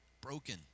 broken